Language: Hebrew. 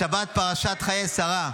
אז השבת, פרשת חיי שרה.